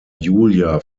julia